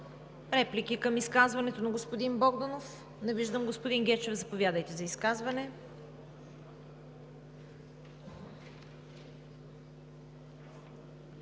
Реплики към изказването на господин Богданов? Не виждам. Господин Гечев, заповядайте за изказване.